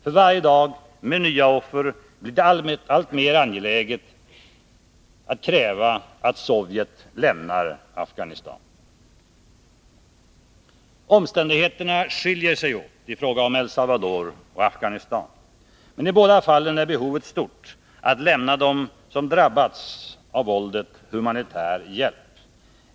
För varje dag med nya offer blir det alltmer angeläget att kräva att Sovjet lämnar Afghanistan. Omständigheterna skiljer sig åt i fråga om El Salvador och Afghanistan. Men i båda fallen är behovet stort att lämna dem som drabbats av våldet humanitär hjälp.